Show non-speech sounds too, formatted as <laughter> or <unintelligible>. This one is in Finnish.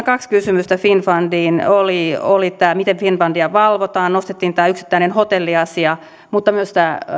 <unintelligible> kaksi kysymystä liittyi finnfundiin oli oli tämä miten finnfundia valvotaan nostettiin tämä yksittäinen hotelliasia mutta myös tuli tämä